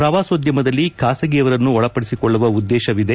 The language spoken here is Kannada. ಪ್ರವಾಸೋದ್ಯಮದಲ್ಲಿ ಖಾಸಗಿಯವರನ್ನು ಒಳಪಡಿಸಿಕೊಳ್ಳುವ ಉದ್ದೇಶವಿದೆ